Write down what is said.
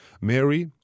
Mary